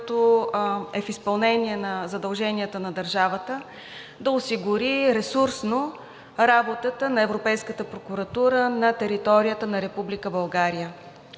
който е в изпълнение на задълженията на държавата да осигури ресурсно работата на Европейската прокуратура на територията на Република